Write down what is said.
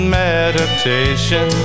meditation